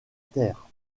terre